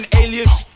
alias